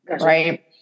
right